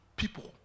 people